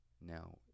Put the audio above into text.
Now